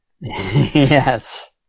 Yes